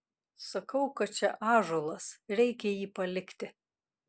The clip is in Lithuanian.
sakau kad čia ąžuolas reikia jį palikti